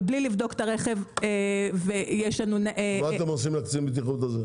ובלי לבדוק את הרכב --- מה אתם עושים לקצין בטיחות הזה?